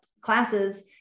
classes